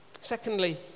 Secondly